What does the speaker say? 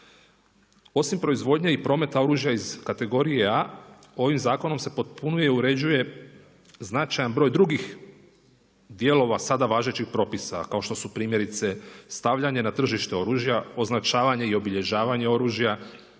Osim proizvodnje i prometa oružja iz kategorije A ovim zakonom se upotpunjuje i uređuje značajan broj drugih dijelova sada važećih propisa kao što su primjerice stavljanje na tržište oružja, označavanje i obilježavanje oružja,